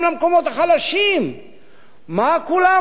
מה כולם עכשיו מרימים גבה ואומרים,